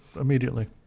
immediately